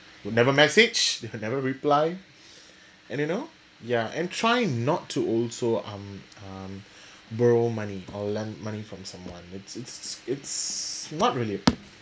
will never message they will never reply and you know ya and trying not to also um um borrow money or lend money from someone it's it's it's not really a good thing